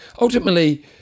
Ultimately